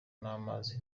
n’amazi